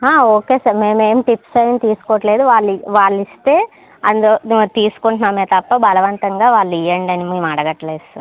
ఆ okay sir మేము ఏమి టిప్స్ ఏమి తీసుకోవట్లేదు వాళ్ళిస్తే అండ్ తీసుకుంటున్నామే తప్ప బలవంతంగా వాళ్ళు ఇయ్యండి అని మేము అడగట్లేదు సార్